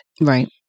Right